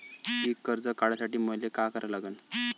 पिक कर्ज काढासाठी मले का करा लागन?